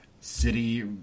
City